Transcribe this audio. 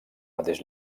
mateix